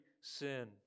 sin